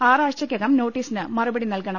ആറാഴ്ചയ്ക്കകം നോട്ടീസിന് മറുപടി നൽകണം